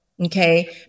okay